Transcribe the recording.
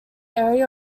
area